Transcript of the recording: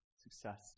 Success